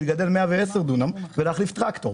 לגדל 110,000 דונם וכדי להחליף טרקטור.